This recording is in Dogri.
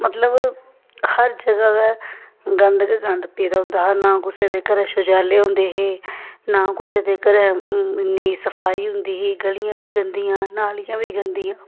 मतलब हर जगह गै गंद गै गंद पेदा होंदा हा ना कुसै दे घरै शौयालच होंदे हे ना कुसै दे घरै इन्नी सफाई होंदी ही गलियां बी गंदियां नालियां बी गंदियां